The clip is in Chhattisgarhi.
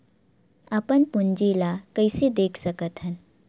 अपन पूंजी ला कइसे देख सकत हन?